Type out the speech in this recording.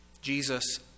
Jesus